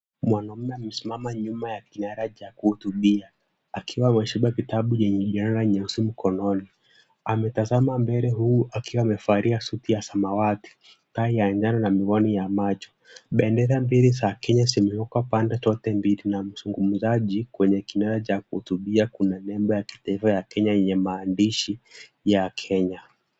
Mwanaume amesimama nyuma ya kinara cha kuhutubia, akiwa ameshika kitabu chenye jalada nyeusi mkononi. Ametazama mbele huku akiwa amevalia suti ya samawati, tai ya njano na miwani ya macho. Bendera mbili za Kenya zimewekwa pande zote mbili na mzungumzaji kwenye kinara cha kuhutubia kuna nembo ya kitaifa ya Kenya yenye maandishi ya Kenya.